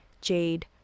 Jade